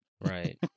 right